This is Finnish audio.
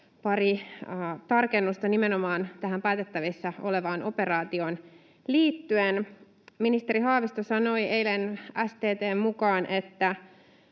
pari tarkennusta nimenomaan tähän päätettävissä olevaan operaatioon liittyen. Ministeri Haavisto sanoi eilen STT:n mukaan, että